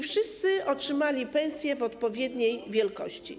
Wszyscy otrzymali pensje o odpowiedniej wysokości.